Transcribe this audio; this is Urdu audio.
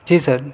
جی سر